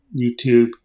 YouTube